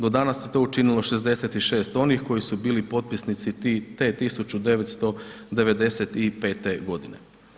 Do danas je to učinilo 66 onih koji su bili potpisnici te 1995. godine.